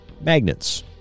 magnets